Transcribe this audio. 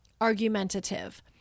argumentative